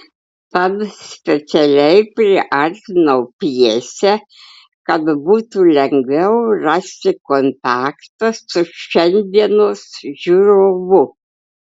tad specialiai priartinau pjesę kad būtų lengviau rasti kontaktą su šiandienos žiūrovu